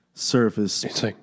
surface